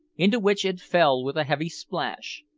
into which it fell with a heavy splash.